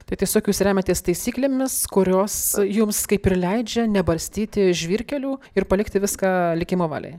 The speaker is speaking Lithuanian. tai tiesiog jūs remiatės taisyklėmis kurios jums kaip ir leidžia nebarstyti žvyrkelių ir palikti viską likimo valiai